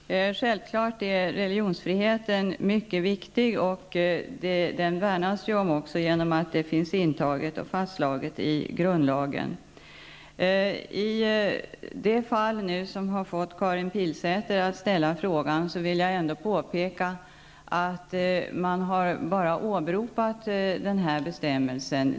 Herr talman! Självklart är religionsfriheten mycket viktig, och det värnas ju också om den genom att den finns fastslagen i grundlagen. I det fall som fått Karin Pilsäter att ställa den här frågan vill jag ändå påpeka att man har bara åberopat den ifrågavarande bestämmelsen.